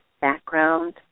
background